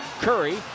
Curry